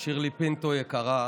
שירלי פינטו יקרה,